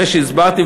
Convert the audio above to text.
אחרי שהסברתי,